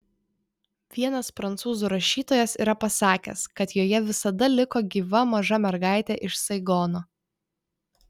vienas prancūzų rašytojas yra pasakęs kad joje visada liko gyva maža mergaitė iš saigono